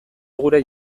gure